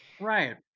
Right